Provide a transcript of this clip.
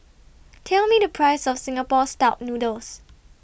Tell Me The Price of Singapore Style Noodles